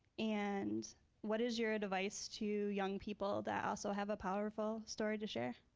and what is your advice to young people that also have a powerful story to share?